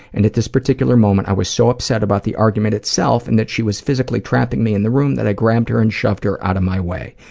and at this particular moment, i was so upset about the argument itself and that she was physically trapping me in the room that i grabbed her and shoved her out of my way.